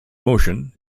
motion